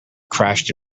crashed